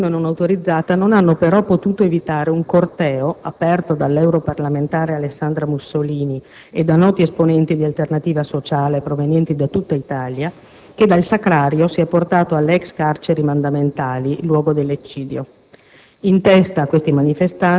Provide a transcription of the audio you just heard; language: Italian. per evitare la manifestazione non autorizzata, non hanno però potuto evitare un corteo, aperto dall'europarlamentare Alessandra Mussolini e da noti esponenti di Alternativa sociale provenienti da tutta Italia, che dal Sacrario si è portato alle ex carceri mandamentali, luogo dell'eccidio.